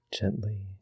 Gently